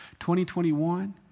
2021